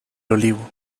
olivo